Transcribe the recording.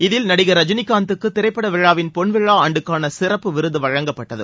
இதில் நடிகர் ரஜினிகாந்துக்கு திரைப்பட விழாவின் பொன்விழா ஆண்டுக்கான சிறப்பு விருது வழங்கப்பட்டது